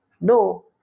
No